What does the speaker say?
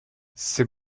c’est